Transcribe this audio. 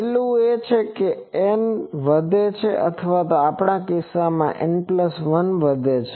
પહેલું એ છે કે N વધે છે અથવા આપણા કિસ્સામાં N1 વધે છે